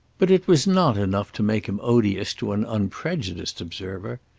but it was not enough to make him odious to an unprejudiced observer.